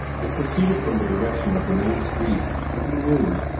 it proceeded from the direction of the main street, and he knew,